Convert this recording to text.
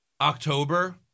October